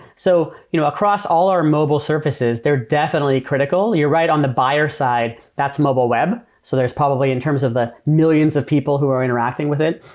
so you know across all our mobile surfaces, they're definitely critical. you're right on the buyer side. that's mobile web. so probably, in terms of the millions of people who are interacting with it,